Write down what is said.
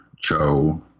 Cho